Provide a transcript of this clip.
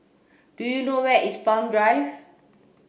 do you know where is Palm Drive